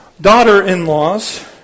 daughter-in-laws